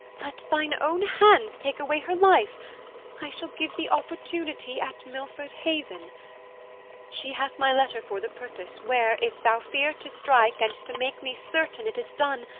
let thine own hands take away her life i shall give thee opportunity at milford haven she hath my letter for the purpose where, if thou fear to strike, and to make me certain it is done,